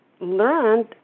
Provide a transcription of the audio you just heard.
learned